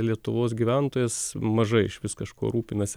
lietuvos gyventojas mažai išvis kažkuo rūpinasi